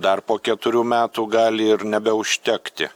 dar po keturių metų gali ir nebeužtekti